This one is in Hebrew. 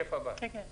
אנחנו